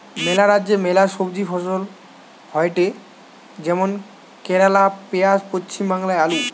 ম্যালা রাজ্যে ম্যালা সবজি ফসল হয়টে যেমন কেরালে পেঁয়াজ, পশ্চিম বাংলায় আলু